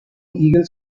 eagle